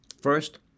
First